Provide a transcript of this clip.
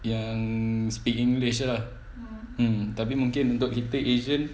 yang speak english ah mm tapi mungkin untuk kita asian